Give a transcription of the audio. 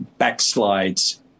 backslides